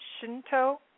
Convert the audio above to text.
Shinto